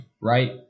right